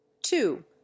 two